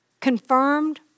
confirmed